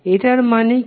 এটার মানে কি